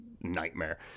nightmare